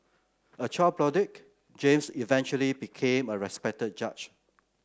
a child James eventually became a respected judge